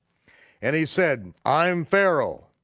and he said i'm pharaoh,